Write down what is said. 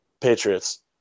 Patriots